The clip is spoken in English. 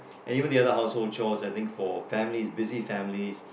and even the other household chores I think for families busy families